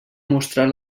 mostrar